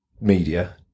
media